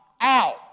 out